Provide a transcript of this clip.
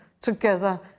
together